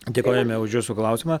dėkojame už jūsų klausimą